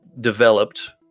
developed